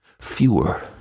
fewer